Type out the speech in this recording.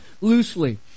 loosely